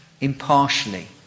impartially